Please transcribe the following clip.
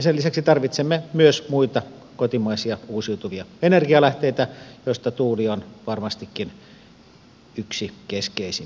sen lisäksi tarvitsemme myös muita kotimaisia uusiutuvia energialähteitä joista tuuli on varmastikin yksi keskeisimmistä